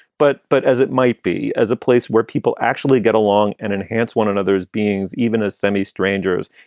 but but as it might be, as a place where people actually get along and enhance one another's beings even as semi strangers,